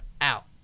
Out